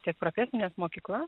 tiek profesines mokyklas